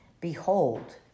Behold